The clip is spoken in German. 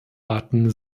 arten